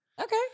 Okay